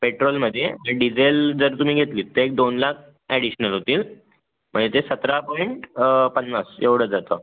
पेट्रोलमध्ये अन डिजेल जर तुम्ही घेतलीत तर एक दोन लाख ॲडिशनल होतील म्हणजे ते सतरा पॉइंट पन्नास एवढं जातं